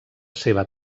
seva